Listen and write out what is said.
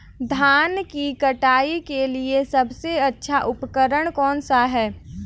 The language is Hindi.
धान की कटाई के लिए सबसे अच्छा उपकरण कौन सा है?